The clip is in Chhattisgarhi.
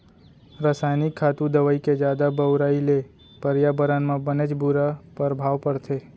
रसायनिक खातू, दवई के जादा बउराई ले परयाबरन म बनेच बुरा परभाव परथे